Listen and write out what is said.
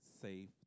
safe